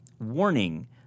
warning